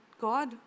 god